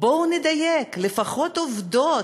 בואו נדייק, לפחות בעובדות.